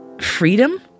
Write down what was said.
freedom